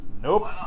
Nope